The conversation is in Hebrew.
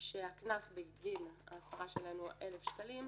שהקנס בגין ההפרה שלהן הוא 1,000 שקלים.